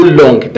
long